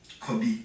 Kobe